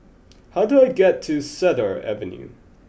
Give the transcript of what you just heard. how do I get to Cedar Avenue